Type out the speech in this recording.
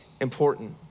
important